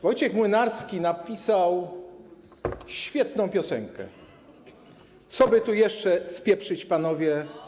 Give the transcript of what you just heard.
Wojciech Młynarski napisał świetną piosenkę: Co by tu jeszcze spieprzyć, panowie?